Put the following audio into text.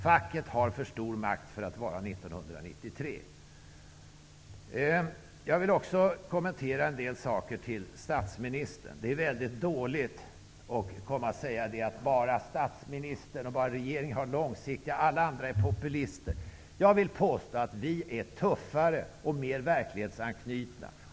Facket har för stor makt med tanke på att det nu är år Jag vill också rikta en del kommentarer till statsministern. Det är väldigt dåligt att säga att bara statsministern och regeringen är långsiktiga och att alla andra bara är populister. Jag vill påstå att vi nydemokrater är tuffare och mer verklighetsanknutna.